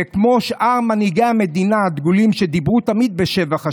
וכמו שאר מנהיגי המדינה הדגולים שדיברו תמיד בשבח השבת,